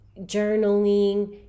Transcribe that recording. journaling